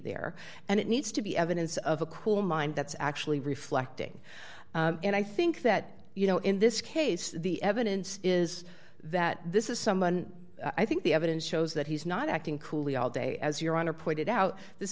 there and it needs to be evidence of a cool mind that's actually reflecting and i think that you know in this case the evidence is that this is someone i think the evidence shows that he's not acting coolly all day as your honor pointed out this